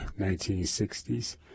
1960s